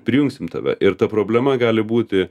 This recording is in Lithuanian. prijungsim tave ir ta problema gali būti